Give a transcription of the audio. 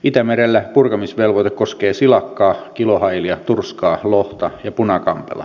itämerellä purkamisvelvoite koskee silakkaa kilohailia turskaa lohta ja punakampelaa